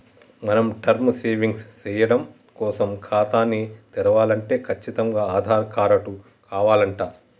మనం term savings సేయడం కోసం ఖాతాని తెరవలంటే కచ్చితంగా ఆధార్ కారటు కావాలంట